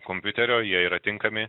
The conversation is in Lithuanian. kompiuterio jie yra tinkami